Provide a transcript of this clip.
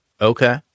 Okay